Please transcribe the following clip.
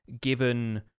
given